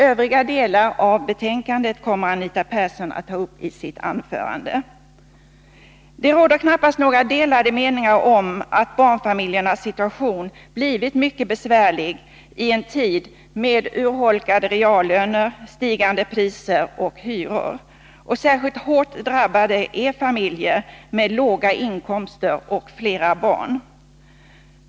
Övriga delar av betänkandet kommer Anita Persson att ta upp i sitt anförande. Det råder knappast några delade meningar om att barnfamiljernas situation blivit mycket besvärlig i en tid med urholkade reallöner, stigande priser och hyror. Särskilt hårt drabbade är familjer med låga inkomster och flera barn.